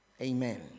Amen